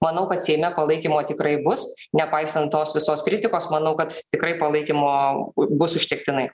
manau kad seime palaikymo tikrai bus nepaisant tos visos kritikos manau kad tikrai palaikymo bus užtektinai